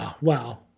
Wow